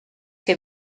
que